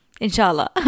Inshallah